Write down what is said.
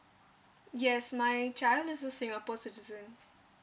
yes my child is a singapore citizen